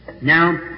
Now